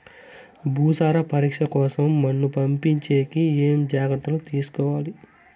భూసార పరీక్ష కోసం మన్ను పంపించేకి ఏమి జాగ్రత్తలు తీసుకోవాలి?